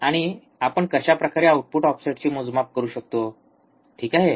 आणि आपण कशाप्रकारे आउटपुट ऑफसेटचे मोजमाप करू शकतो ठीक आहे